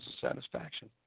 satisfaction